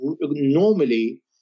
normally